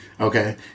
Okay